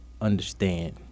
understand